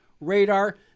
radar